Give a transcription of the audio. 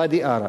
ואדי-עארה.